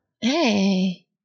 hey